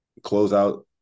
closeout